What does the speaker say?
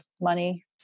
money